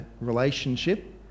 relationship